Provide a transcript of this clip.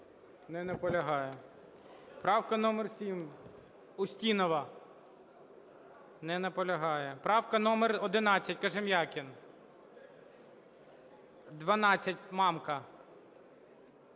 Не наполягає. Правка номер 7, Устінова. Не наполягає. Правка номер 11, Кожем'якін. 12, Мамка.